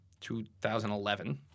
2011